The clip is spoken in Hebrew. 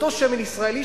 אותו שמן ישראלי,